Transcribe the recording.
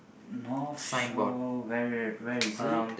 North Shore where where is it